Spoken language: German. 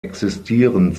existieren